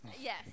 Yes